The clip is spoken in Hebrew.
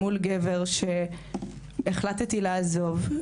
מול גבר שהחלטתי לעזוב,